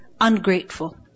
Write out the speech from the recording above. ungrateful